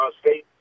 State